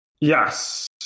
Yes